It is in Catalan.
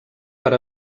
per